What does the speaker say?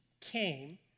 came